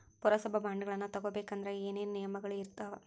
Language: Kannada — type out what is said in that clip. ಪುರಸಭಾ ಬಾಂಡ್ಗಳನ್ನ ತಗೊಬೇಕಂದ್ರ ಏನೇನ ನಿಯಮಗಳಿರ್ತಾವ?